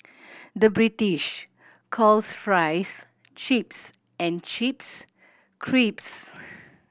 the British calls fries chips and chips crisps